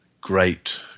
great